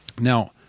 Now